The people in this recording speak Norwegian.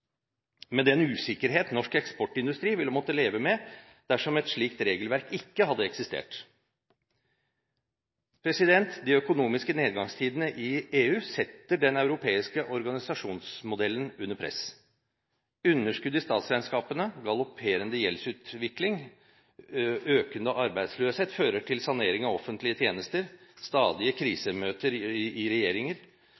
med den usikkerhet norsk eksportindustri ville måtte leve med dersom et slikt regelverk ikke hadde eksistert. De økonomiske nedgangstidene i EU setter den europeiske organisasjonsmodellen under press. Underskudd i statsregnskapene, galopperende gjeldsutvikling og økende arbeidsløshet fører til sanering av offentlige tjenester, stadige